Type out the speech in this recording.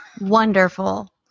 Wonderful